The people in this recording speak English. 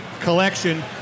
Collection